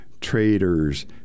traders